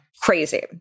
Crazy